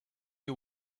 you